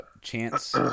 Chance